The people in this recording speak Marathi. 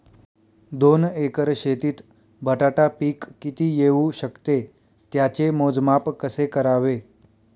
दोन एकर शेतीत बटाटा पीक किती येवू शकते? त्याचे मोजमाप कसे करावे?